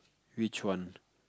which one